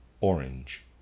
orange